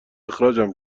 اخراجم